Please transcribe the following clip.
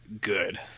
good